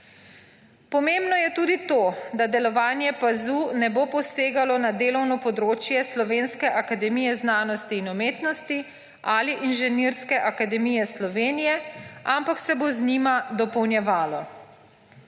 Pomembno je tudi to, da delovanje PAZU ne bo posegalo na delovno področje Slovenske akademije znanosti in umetnosti ali Inženirske akademije Slovenije, ampak se bo z njima dopolnjevalo.